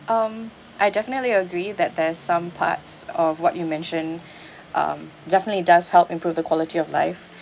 um I definitely agree that there's some parts of what you mentioned um definitely does help improve the quality of life